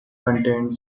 contained